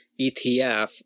ETF